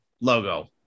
logo